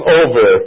over